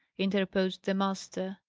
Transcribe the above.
interposed the master.